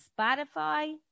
Spotify